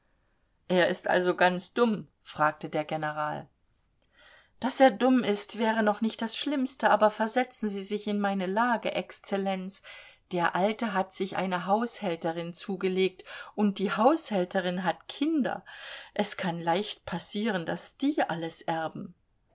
er ist also ganz dumm fragte der general daß er dumm ist wäre noch nicht das schlimmste aber versetzen sie sich in meine lage exzellenz der alte hat sich eine haushälterin zugelegt und die haushälterin hat kinder es kann leicht passieren daß die alles erben